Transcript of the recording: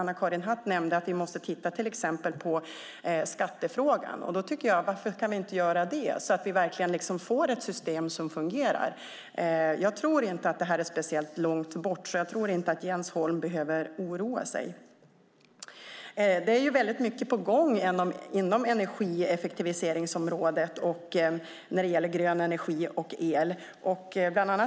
Anna-Karin Hatt nämnde att vi måste titta på till exempel skattefrågan. Låt oss då göra det så att vi får ett system som fungerar. Jag tror inte att detta ligger särskilt långt bort, så Jens Holm behöver nog inte oroa sig. Det är mycket på gång inom energieffektiviseringsområdet när det gäller grön energi och el.